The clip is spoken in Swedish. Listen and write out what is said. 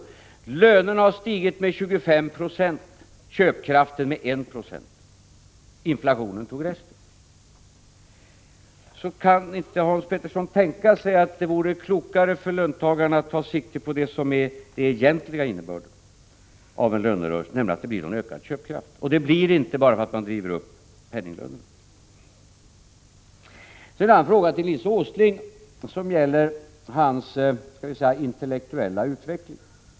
Då har lönerna stigit med 25 26, köpkraften med 1 9 —- inflationen tog resten. Kan inte Hans Petersson tänka sig att det vore klokare för löntagarna att ta sikte på det som är den egentliga innebörden av en lönerörelse, nämligen att det blir någon ökad köpkraft? Det blir det inte bara för att man driver upp penninglönerna. Till Nils Åsling har jag en fråga som gäller hans intellektuella utveckling.